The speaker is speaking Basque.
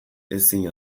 ezin